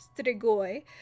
Strigoi